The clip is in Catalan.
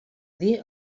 dir